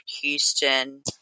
Houston